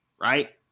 right